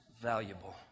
valuable